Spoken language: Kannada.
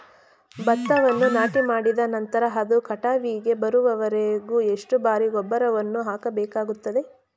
ಭತ್ತವನ್ನು ನಾಟಿಮಾಡಿದ ನಂತರ ಅದು ಕಟಾವಿಗೆ ಬರುವವರೆಗೆ ಎಷ್ಟು ಬಾರಿ ಗೊಬ್ಬರವನ್ನು ಹಾಕಬೇಕಾಗುತ್ತದೆ?